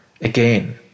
again